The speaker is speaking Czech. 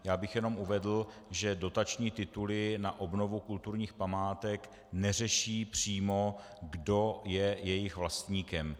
Já bych jenom uvedl, že dotační tituly na obnovu kulturních památek neřeší přímo, kdo je jejich vlastníkem.